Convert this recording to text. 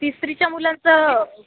तिसरीच्या मुलांचं